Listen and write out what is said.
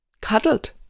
cuddled